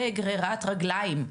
וגרירת רגליים,